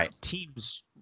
teams